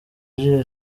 agira